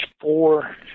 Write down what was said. four